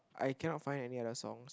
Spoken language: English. I cannot find any other songs